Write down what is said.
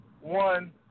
One